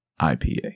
IPA